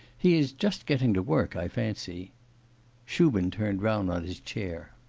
he is just getting to work, i fancy shubin turned round on his chair.